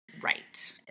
Right